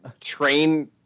train